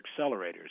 accelerators